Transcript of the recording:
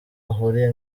ahuriye